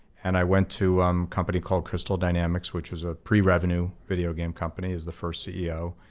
and i went to company called crystal dynamics which was a pre-revenue video game company as the first ceo,